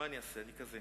מה לעשות, אני כזה.